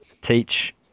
Teach